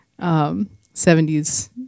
70s